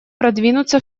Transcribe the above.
продвинуться